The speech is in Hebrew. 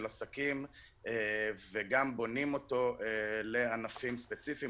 עסקים וגם בונים אותו לענפים ספציפיים,